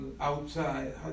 outside